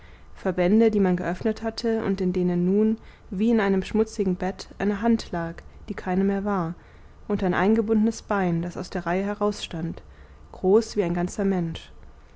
verbände die man geöffnet hatte und in denen nun wie in einem schmutzigen bett eine hand lag die keine mehr war und ein eingebundenes bein das aus der reihe herausstand groß wie ein ganzer mensch